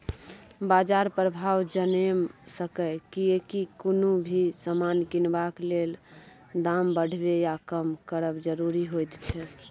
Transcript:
बाजार प्रभाव जनैम सकेए कियेकी कुनु भी समान किनबाक लेल दाम बढ़बे या कम करब जरूरी होइत छै